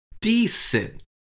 decent